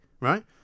right